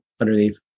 underneath